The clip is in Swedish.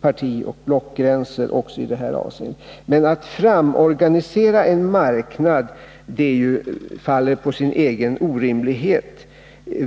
partioch blockgränser också i det här avseendet. Men att framorganisera en marknad faller på sin egen orimlighet.